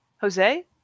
Jose